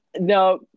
No